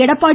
Edappadi